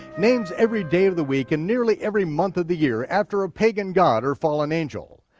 names every day of the week, and nearly every month of the year, after a pagan god or fallen angel.